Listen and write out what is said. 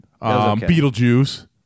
Beetlejuice